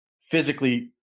physically